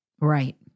Right